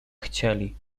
chcieli